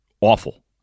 awful